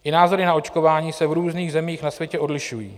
I názory na očkování se v různých zemích na světě odlišují.